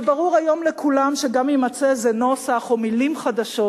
וברור היום לכולם שגם אם יימצא איזה נוסח או מלים חדשות,